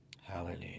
Hallelujah